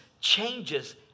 changes